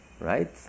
right